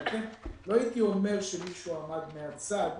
ולכן לא הייתי אומר שמישהו עמד מהצד,